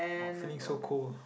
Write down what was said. !wah! feeling so cold